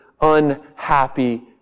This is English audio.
unhappy